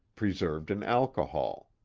preserved in alcohol.